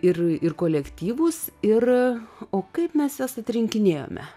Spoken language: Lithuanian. ir ir kolektyvus ir o kaip mes jas atrinkinėjome